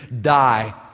die